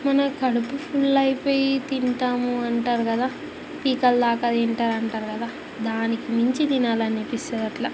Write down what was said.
మన కడుపు ఫుళ్ళయిపోయి తింటాము అంటారు కదా పీకలదాక తింటారంటారు కదా దానికి మించి తినాలనిపిస్తుంది అట్లా